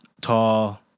Tall